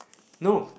no